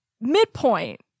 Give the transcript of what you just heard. midpoint